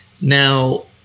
Now